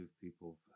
people